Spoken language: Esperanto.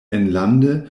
enlande